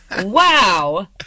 Wow